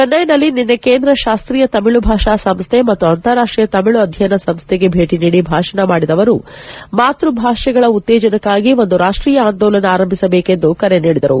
ಚೆನ್ನೈನಲ್ಲಿ ನಿನ್ನೆ ಕೇಂದ್ರ ಶಾಸ್ತೀಯ ತಮಿಳು ಭಾಷಾ ಸಂಸ್ಥೆ ಮತ್ತು ಅಂತಾರಾಷ್ಷೀಯ ತಮಿಳು ಅಧ್ಯಯನ ಸಂಸ್ಟೆಗೆ ಭೇಟಿ ನೀಡಿ ಭಾಷಣ ಮಾಡಿದ ಅವರು ಮಾತೃಭಾಷೆಗಳ ಉತ್ತೇಜನಕ್ಕಾಗಿ ಒಂದು ರಾಷ್ಷೀಯ ಆಂದೋಲನ ಆರಂಭಿಸಬೇಕು ಎಂದು ಕರೆ ನೀಡಿದರು